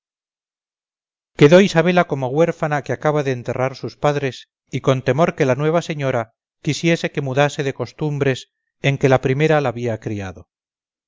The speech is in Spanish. quedó isabela como huérfana que acaba de enterrar sus padres y con temor que la nueva señora quisiese que mudase de costumbres en que la primera la había criado